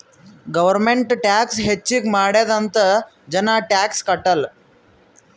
government tax ಹೆಚ್ಚಿಗ್ ಮಾಡ್ಯಾದ್ ಅಂತ್ ಜನ ಟ್ಯಾಕ್ಸ್ ಕಟ್ಟಲ್